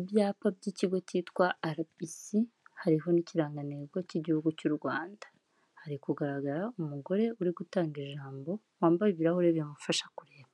ibyapa by'ikigo cyitwa RBC, hariho n'ikirangantego cy'Igihugu cy'u Rwanda, hari kugaragara umugore uri gutanga ijambo wambaye ibirahure bimufasha kureba.